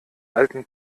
alten